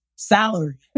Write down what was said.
salary